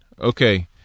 okay